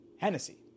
Hennessy